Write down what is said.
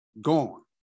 Gone